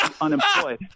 unemployed